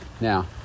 Now